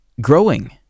growing